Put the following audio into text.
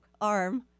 arm